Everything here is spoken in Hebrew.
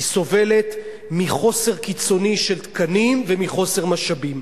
היא סובלת מחוסר קיצוני של תקנים ומחוסר משאבים.